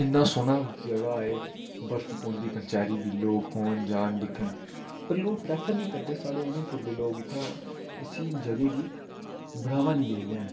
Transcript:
इन्ना सोह्ना जगह् ऐ एह् बर्फ पौंदी लोक औन दिक्खन जाह्न पर लोक प्रैफर नीं करदे साढ़े उधमपुर दे लोक इत्थै इसी जगह् गी बढ़ावा नीं देआ दे न